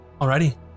Alrighty